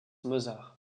mozart